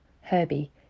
Herbie